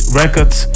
records